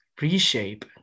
reshape